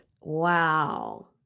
Wow